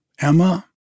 Emma